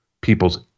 people's